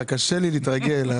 מאיפה הם מגיעים?